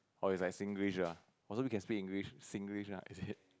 oh it's like Singlish lah oh so we can speak English Singlish lah is it